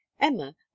Emma